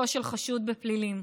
זה בולען,